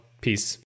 peace